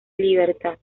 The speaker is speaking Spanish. libertad